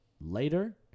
later